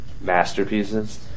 masterpieces